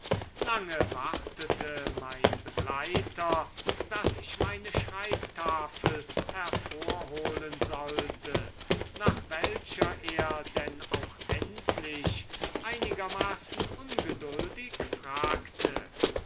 lange wartete mein begleiter daß ich meine schreibtafel hervorholen sollte nach welcher er denn auch endlich einigermaßen ungeduldig fragte